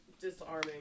disarming